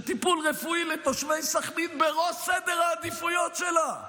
שטיפול רפואי לתושבי סח'נין בראש סדר העדיפויות שלה?